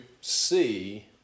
see